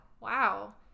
wow